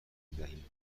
میدهیم